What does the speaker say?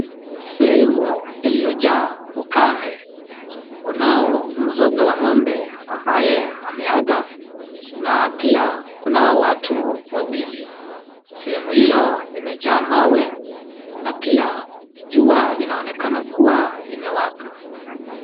Sehemu iliyojaa ukame. Kunao mzoga wa ng'ombe ambaye ameaga, na pia kunao watu wawili. Sehemu hiyo imejaa mawe na pia jua linaonekana kuwa limewaka.